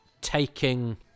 taking